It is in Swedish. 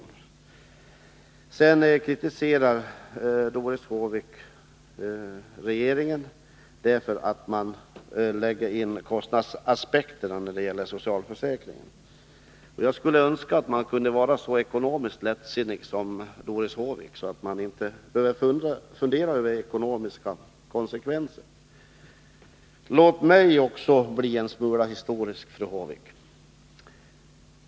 Sedan kritiserar Doris Håvik regeringen för att man lägger kostnadsaspekter på socialförsäkringen. Jag skulle önska att man kunde vara så ekonomiskt lättsinnig som Doris Håvik, att man inte behövde fundera över ekonomiska konsekvenser. Låt mig också bli en smula historisk, fru Håvik.